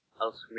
else